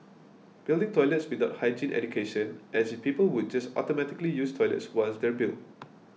building toilets without hygiene education as if people would just automatically use toilets once they're built